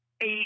eight